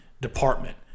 department